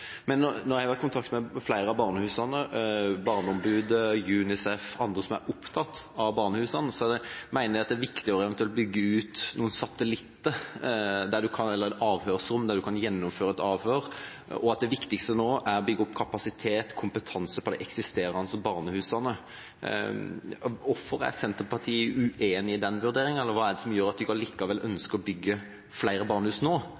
Nå har jeg vært i kontakt med flere av barnehusene, Barneombudet, UNICEF og andre som er opptatt av barnehusene, som mener at det er viktig eventuelt å bygge ut noen avhørsrom, der en kan gjennomføre avhør, og at det viktigste nå er å bygge opp kapasitet og kompetanse på de eksisterende barnehusene. Hvorfor er Senterpartiet uenig i den vurderingen, og hva er det som gjør at en allikevel